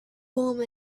warm